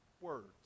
words